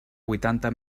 vuitanta